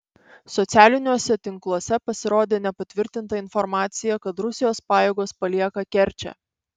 socialiniuose tinkluose pasirodė nepatvirtinta informacija kad rusijos pajėgos palieka kerčę